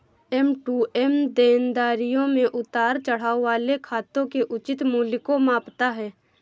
M to M देनदारियों में उतार चढ़ाव वाले खातों के उचित मूल्य को मापता है